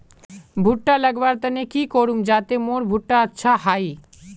भुट्टा लगवार तने की करूम जाते मोर भुट्टा अच्छा हाई?